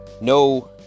no